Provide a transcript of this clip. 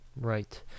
Right